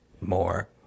more